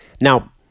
Now